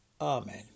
Amen